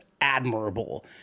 Admirable